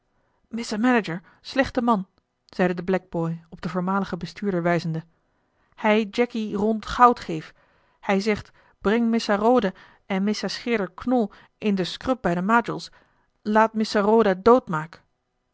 slechte man zeide de blackboy op den voormaligen bestuurder wijzende hij jacky rond goud geef hij zegt breng missa roda en missa scheerder knol in de scrub bij de majols laat missa roda